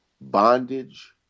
Bondage